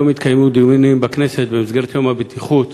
היום התקיימו דיונים בכנסת במסגרת יום הבטיחות,